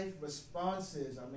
responses